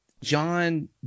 John